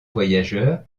voyageurs